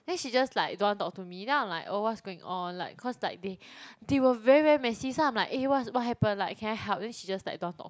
then she just like don't want talk to me then I'm like oh what's going on like cause like they they were very very messy so I'm like eh what what happen like can I help then she just like don't want talk